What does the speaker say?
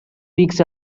weeks